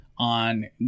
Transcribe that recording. On